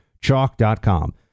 Chalk.com